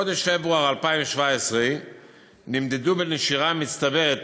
בחודש פברואר 2017 נמדדו בנשירה מצטברת,